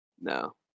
No